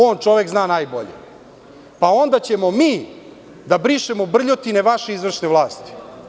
On čovek zna najbolje, pa onda ćemo mi da brišemo brljotine vaše izvršne vlasti.